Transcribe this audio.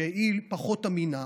שהיא פחות אמינה,